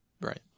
Right